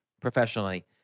professionally